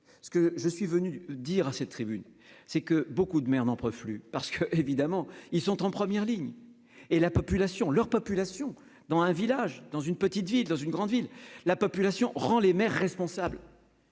Ce que je suis venu dire à cette tribune, c'est que beaucoup de merde entre flux parce que, évidemment, ils sont en première ligne et la population leur population dans un village dans une petite ville dans une grande ville, la population rend les maires responsables.